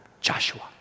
Joshua